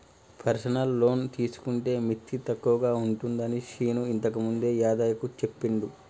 personal loan తీసుకుంటే మిత్తి తక్కువగా ఉంటుందని శీను ఇంతకుముందే యాదయ్యకు చెప్పిండు